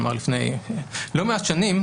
כלומר לפני לא מעט שנים,